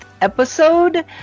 episode